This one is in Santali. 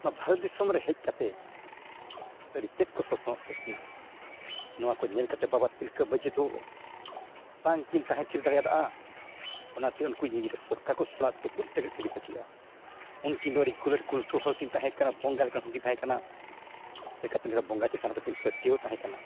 ᱱᱚᱣᱟ ᱵᱷᱟᱨᱚᱛ ᱫᱤᱥᱚᱢ ᱨᱮ ᱦᱮᱡ ᱠᱟᱛᱮᱫ ᱟᱹᱰᱤ ᱛᱮᱫ ᱠᱚ ᱥᱟᱥᱚᱱ ᱠᱮᱜ ᱵᱚᱱᱟ ᱱᱚᱣᱟ ᱠᱚ ᱧᱮᱞ ᱠᱟᱛᱮᱫ ᱵᱟᱵᱟ ᱛᱤᱞᱠᱟᱹ ᱢᱟᱹᱡᱷᱤ ᱫᱚ ᱵᱟᱝ ᱠᱤᱱ ᱛᱟᱦᱮᱸ ᱛᱷᱤᱨ ᱫᱟᱲᱮᱭᱟᱫᱟ ᱚᱱᱟᱛᱮ ᱩᱱᱠᱩ ᱤᱝᱨᱮᱹᱡᱽ ᱥᱚᱨᱠᱟᱨ ᱠᱚ ᱥᱟᱞᱟᱜ ᱛᱩᱯᱩᱜ ᱞᱟᱹᱜᱤᱫ ᱠᱤᱱ ᱨᱤᱠᱟᱹ ᱠᱮᱜᱼᱟ ᱩᱱᱠᱤᱱ ᱫᱚ ᱟᱹᱰᱤ ᱜᱩᱞᱮᱴ ᱜᱩᱞᱴᱷᱩ ᱦᱚᱲ ᱠᱤᱱ ᱛᱟᱦᱮᱸ ᱠᱟᱱᱟ ᱵᱚᱸᱜᱟ ᱞᱮᱠᱟᱱ ᱦᱚᱲᱠᱤᱱ ᱛᱟᱦᱮᱸ ᱠᱟᱱᱟ ᱪᱤᱠᱟᱛᱮ ᱵᱚᱸᱜᱟ ᱪᱮᱛᱟᱱ ᱨᱮ ᱛᱟᱹᱠᱤᱱ ᱯᱟᱹᱛᱭᱟᱹᱣ ᱛᱟᱦᱮᱸ ᱠᱟᱱᱟ